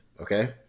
Okay